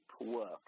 work